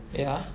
ya